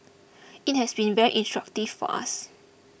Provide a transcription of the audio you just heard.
it has been very instructive for us